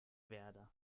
werde